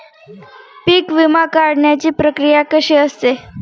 पीक विमा काढण्याची प्रक्रिया कशी असते?